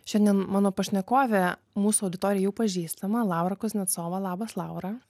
šiandien mano pašnekovė mūsų auditorijai jau pažįstama laura kuznecova labas laura